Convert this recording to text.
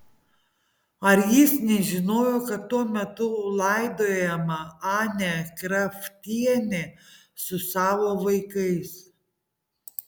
ar jis nežinojo kad tuo metu laidojama anė kraftienė su savo vaikais